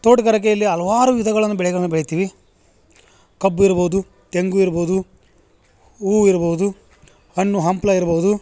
ತೋಟಗಾರಿಕೆಯಲ್ಲಿ ಹಲ್ವಾರು ವಿಧಗಳನ್ನ ಬೆಳೆಗಳನ್ನ ಬೆಳಿತೀವಿ ಕಬ್ಬು ಇರ್ಬೋದು ತೆಂಗು ಇರ್ಬೋದು ಹೂ ಇರ್ಬೋದು ಹಣ್ಣು ಹಂಪ್ಲು ಇರ್ಬೋದು